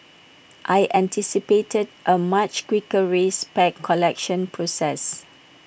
I anticipated A much quicker race pack collection process